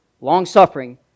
Long-suffering